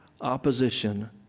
opposition